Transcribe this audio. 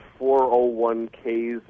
401ks